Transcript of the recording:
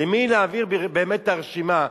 אז למי באמת להעביר את הרשימה?